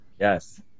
Yes